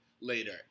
later